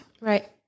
Right